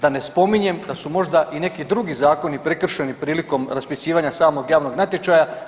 Da ne spominjem da su možda i neki drugi zakoni prekršeni prilikom raspisivanja samog javnog natječaja.